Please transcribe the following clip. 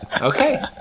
Okay